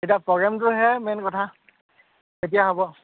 এতিয়া প্ৰগ্ৰেমটোহে মেইন কথা কেতিয়া হ'ব